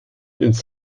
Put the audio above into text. ins